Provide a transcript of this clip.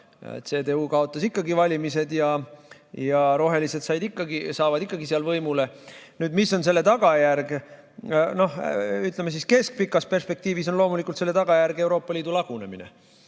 CDU kaotas ikkagi valimised ja rohelised saavad ikkagi seal võimule. Mis on selle tagajärg? Noh, ütleme, keskpikas perspektiivis on loomulikult selle tagajärg Euroopa Liidu lagunemine.